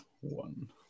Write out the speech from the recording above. one